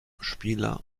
spieler